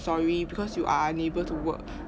sorry because you are unable to work